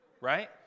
Right